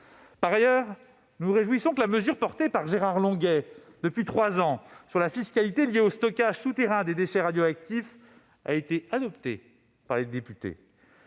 Par ailleurs, nous nous réjouissons que la mesure défendue par Gérard Longuet depuis trois ans sur la fiscalité liée au stockage souterrain des déchets radioactifs ait été adoptée par les députés.